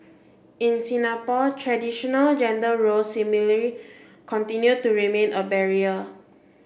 in Singapore traditional gender roles similarly continue to remain a barrier